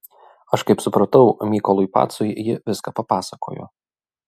aš kaip supratau mykolui pacui ji viską papasakojo